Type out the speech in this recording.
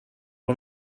one